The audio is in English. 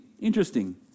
interesting